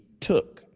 took